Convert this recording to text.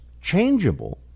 changeable